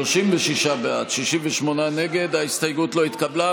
בעד, 42, נגד, 67. ההסתייגות לא התקבלה.